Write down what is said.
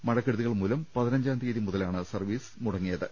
മഴ ക്കെടുതികൾമൂലം പതിനഞ്ചാം തീയതി മുതലാണ് സർവീസ് മുടങ്ങിയത്